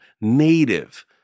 native